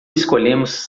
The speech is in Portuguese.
escolhemos